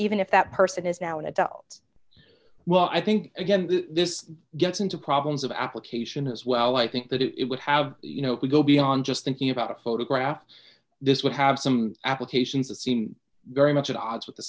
even if that person is now an adult well i think again this gets into problems of application as well i think that it would have you know if we go beyond just thinking about a photograph this would have some applications that seem very much at odds with the